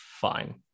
fine